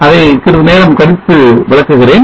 அதை சிறிது நேரம் கழித்து விளக்குகிறேன்